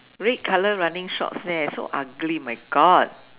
red colour running shorts leh so ugly my God